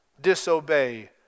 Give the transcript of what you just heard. disobey